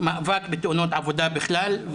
למאבק בתאונות עבודה בכלל,